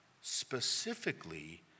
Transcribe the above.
specifically